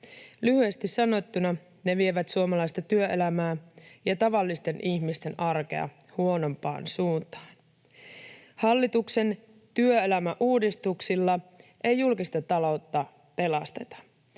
Lyhyesti sanottuna ne vievät suomalaista työelämää ja tavallisten ihmisten arkea huonompaan suuntaan. Hallituksen työelämäuudistuksilla ei julkista taloutta pelasteta.